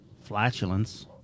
Flatulence